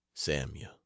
Samuel